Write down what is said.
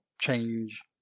change